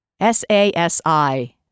SASI